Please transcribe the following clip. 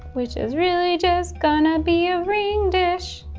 which is really just going to be a ring dish,